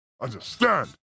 understand